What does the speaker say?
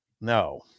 No